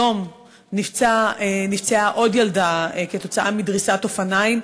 היום נפצעה עוד ילדה כתוצאה מדריסת אופניים,